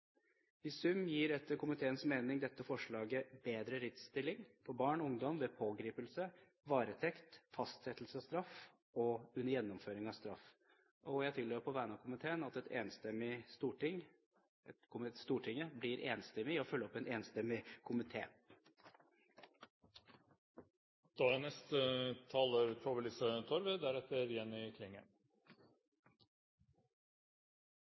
I sum gir, etter komiteens mening, dette forslaget bedre rettsstilling for barn og ungdom ved pågripelse, varetekt, fastsettelse av straff og under gjennomføring av straff. Jeg tilrår på vegne av komiteen at Stortinget slutter enstemmig opp om en enstemmig